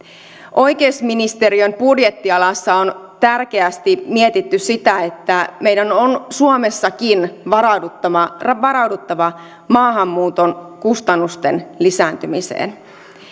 oikeusministeriön budjettialalla on tärkeästi mietitty sitä että meidän on suomessakin varauduttava maahanmuuton kustannusten lisääntymiseen